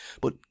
but